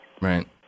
Right